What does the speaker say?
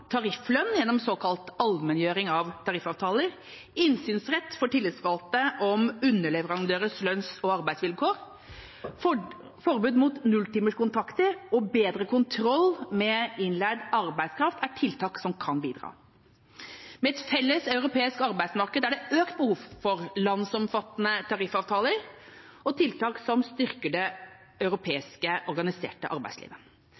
tarifflønn gjennom såkalt allmenngjøring av tariffavtaler, innsynsrett for tillitsvalgte om underleverandørers lønns- og arbeidsvilkår, forbud mot nulltimerskontrakter og bedre kontroll med innleid arbeidskraft er tiltak som kan bidra. Med et felles europeisk arbeidsmarked er det økt behov for landsomfattende tariffavtaler og tiltak som styrker det europeiske organiserte arbeidslivet.